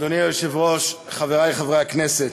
אדוני היושב-ראש, חברי חברי הכנסת,